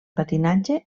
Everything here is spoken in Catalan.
patinatge